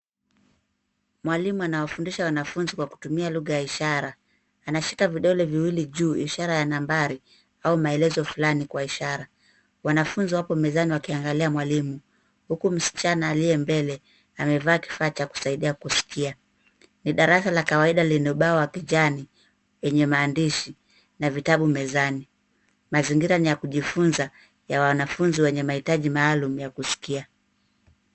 Mwalimu anawafundisha wanafunzi kwa kutumia lugha ya ishara. Anashika vidole viwili juu ishara ya nambari au maelezo fulani kwa ishara. Wanafunzi wapo mezani wakiangalia mwalimu huku, msichana aliye mbele amevaa kifaa cha kusaidia kusikia. Ni darasa la kawaida lina ubao wa kijani yenye maandishi na vitabu mezani. Mazingira ni ya kujifunza ya wanafunzi wenye mahitaji maalum ya kusikia.